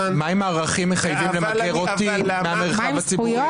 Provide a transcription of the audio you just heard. מה אם הערכים מחייבים למגר אותי מהמרחב הציבורי?